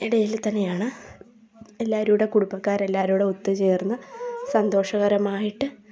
ഇടയിൽ തന്നെയാണ് എല്ലാവരുടെ കുടുംബക്കാരെല്ലാരും കൂടി ഒത്തു ചേർന്ന് സന്തോഷകരമായിട്ട്